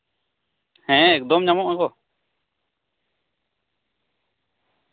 ᱦᱮᱸ ᱮᱠᱫᱚᱢ ᱧᱟᱢᱚᱜᱼᱟ ᱜᱚ